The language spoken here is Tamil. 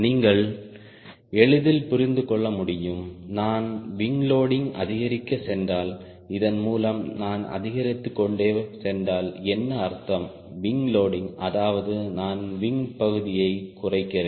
நீங்கள் எளிதில் புரிந்து கொள்ள முடியும் நான் விங் லோடிங் அதிகரிக்கச் சென்றால் இதன் மூலம் நான் அதிகரித்துக்கொண்டே சென்றால் என்ன அர்த்தம் விங் லோடிங் அதாவது நான் விங் பகுதியைக் குறைக்கிறேன்